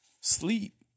sleep